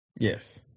Yes